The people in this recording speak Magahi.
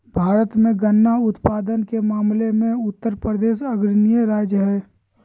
भारत मे गन्ना उत्पादन के मामले मे उत्तरप्रदेश अग्रणी राज्य हय